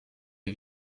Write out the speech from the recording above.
les